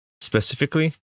specifically